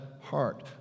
heart